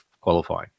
qualifying